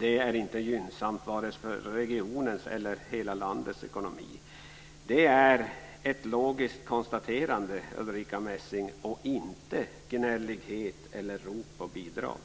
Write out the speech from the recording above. Det är inte gynnsamt vare sig för regionens eller hela landets ekonomi. Det är ett logiskt konstaterande, Ulrica Messing, och inte gnällighet eller rop på bidrag.